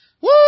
Woo